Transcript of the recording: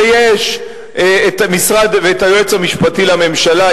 ויש היועץ המשפטי לממשלה,